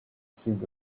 seemed